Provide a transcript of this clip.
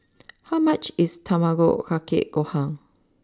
how much is Tamago Kake Gohan